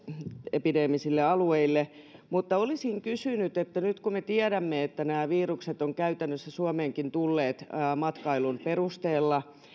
epideemisille alueille olisin kysynyt nyt kun me tiedämme että nämä virukset ovat käytännössä suomeenkin tulleet matkailun perusteella